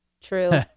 True